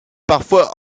parfois